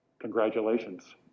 Congratulations